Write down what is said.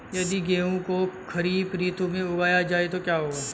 यदि गेहूँ को खरीफ ऋतु में उगाया जाए तो क्या होगा?